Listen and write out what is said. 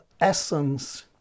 essence